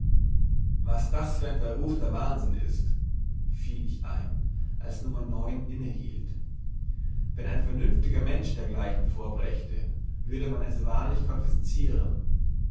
was das für ein verruchter wahnsinn ist fiel ich ein als nro inne hielt wenn ein vernünftiger mensch dergleichen vorbrächte würde man es wahrlich konfisziren